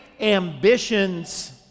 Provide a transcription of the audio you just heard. ambitions